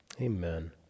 amen